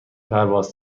پرواز